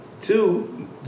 Two